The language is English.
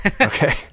Okay